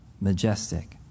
majestic